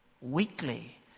weekly